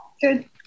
Good